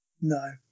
No